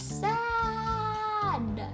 sad